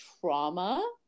trauma